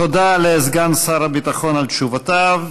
תודה לסגן שר הביטחון על תשובותיו.